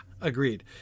Agreed